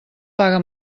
paga